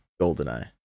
GoldenEye